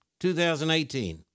2018